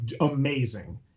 amazing